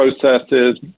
processes